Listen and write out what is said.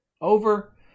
over